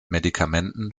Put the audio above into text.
medikamenten